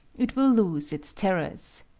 it will lose its terrors.